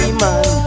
man